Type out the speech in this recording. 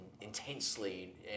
Intensely